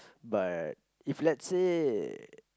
but if let's say